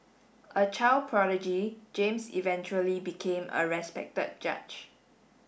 a child prodigy James eventually became a respected judge